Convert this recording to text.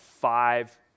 five